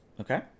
Okay